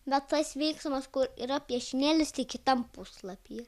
bet tas veiksmas yra piešinėlis kitam puslapyje